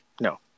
no